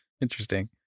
Interesting